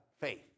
Faith